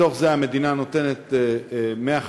מתוך זה המדינה נותנת 150 מיליון,